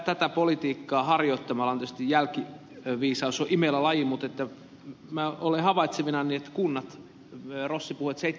tätä politiikkaa harjoittamalla tietysti jälkiviisaus on imelä laji mutta minä olen havaitsevinani niin kuin ed